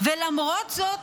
ולמרות זאת,